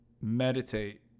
meditate